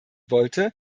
wollte